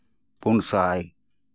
ᱯᱩᱱ ᱥᱟᱭ